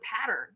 pattern